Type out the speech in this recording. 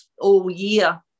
all-year